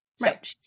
Right